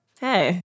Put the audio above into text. Hey